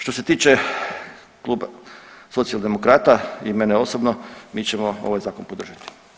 Što se tiče kluba Socijaldemokrata i mene osobno mi ćemo ovaj zakon podržati.